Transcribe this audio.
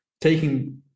taking